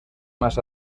más